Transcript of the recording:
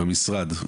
במשרד,